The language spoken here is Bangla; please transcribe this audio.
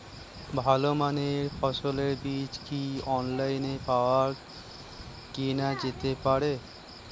ভালো মানের ফসলের বীজ কি অনলাইনে পাওয়া কেনা যেতে পারে?